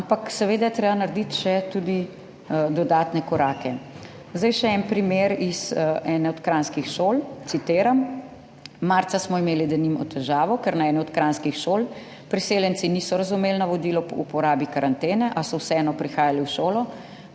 Ampak seveda je treba narediti še dodatne korake. Še en primer iz ene od kranjskih šol, citiram: »Marca smo imeli denimo težavo, ker na eni od kranjskih šol priseljenci niso razumeli navodil o uporabi karantene, a so vseeno prihajali v šolo,